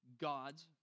God's